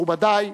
מכובדי,